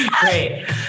Great